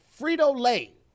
Frito-Lay